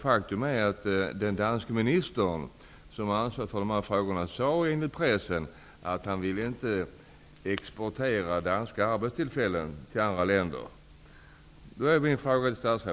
Faktum är att den danske ministern med ansvar för de här frågorna enligt pressen har sagt att han inte vill exportera danska arbetstillfällen till andra länder.